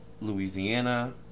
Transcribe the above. Louisiana